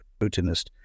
Putinist